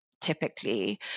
typically